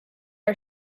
are